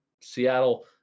seattle